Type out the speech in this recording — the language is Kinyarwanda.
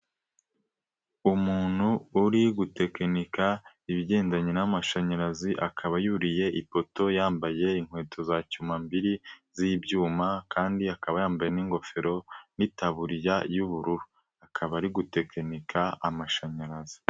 Umuntu uri gutekinika ibigendanye n'amashanyarazi, akaba yuriye ifoto yambaye inkweto za cyuma mbiri z'ibyuma kandi akaba yambaye n'ingofero n'itaburiya y'ubururu, kaba ari gutekinika amashanyarazi.